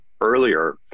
earlier